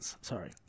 sorry